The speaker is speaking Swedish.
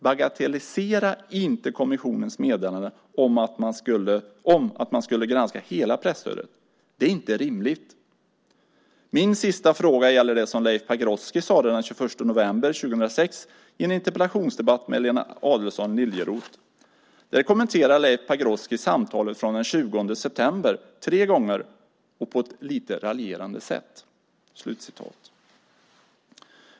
Bagatellisera inte kommissionens meddelande om att man skulle granska hela presstödet! Det är inte rimligt. Min sista fråga gäller det som Leif Pagrotsky sade den 21 november 2006 i en interpellationsdebatt med Lena Adelsohn Liljeroth. Där kommenterar Leif Pagrotsky samtalet från den 20 september tre gånger och på ett lite raljerande sätt."